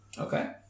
Okay